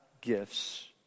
gifts